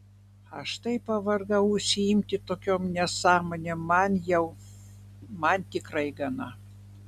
aš taip pavargau užsiimti tokiom nesąmonėm man jau man tikrai gana